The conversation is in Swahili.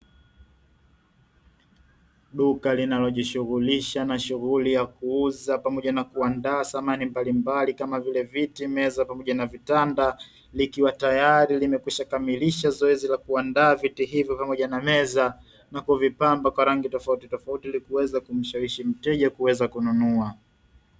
Duka linalojishughulisha na shughuli ya kuuza pamoja na kuandaa samani mbalimbali kama vile: viti, meza pamoja na vitanda likiwa tayali limekwisha kamilisha zoezi la kuandaa viti hivyo pamoja na meza na kuvipamba kwa rangi tofautitofauti ili kuweza kumshawishi mteja kuweza kuvinunua.